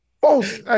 False